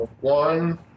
one